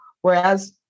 whereas